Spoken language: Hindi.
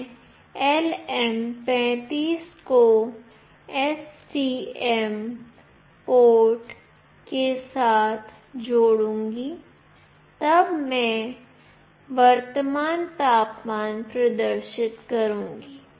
मैं LM35 को ST माइक्रोइलेक्ट्रॉनिक पोर्ट के साथ जोड़ूंगी तब मैं वर्तमान तापमान प्रदर्शित करूंगी